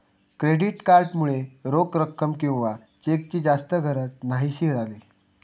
credit card मुळे रोख रक्कम किंवा चेकची जास्त गरज न्हाहीशी झाली